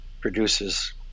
produces